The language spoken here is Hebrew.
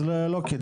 אז לא כדאי.